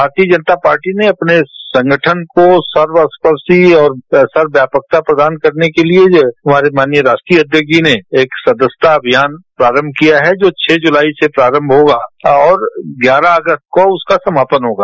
भारतीय जनता पार्टी ने अपने संगठन को सर्वस्पर्शी और सर्व व्यापकता पदान करने के लिए हमारे माननीय राष्ट्रीय अध्यक्ष जी ने एक सदस्यता अभियान प्रारम्भ किया जो छः जुलाई से आरम्भ होगा और ग्यारह अगस्त तक उसका समापन होगा